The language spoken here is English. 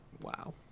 Wow